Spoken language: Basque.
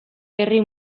herri